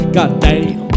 Goddamn